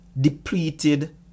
depleted